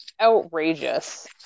outrageous